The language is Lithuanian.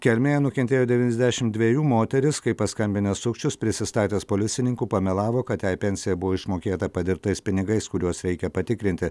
kelmėje nukentėjo devyniasdešim dvejų moteris kai paskambinęs sukčius prisistatęs policininku pamelavo kad jai pensija buvo išmokėta padirbtais pinigais kuriuos reikia patikrinti